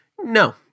No